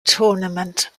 tournament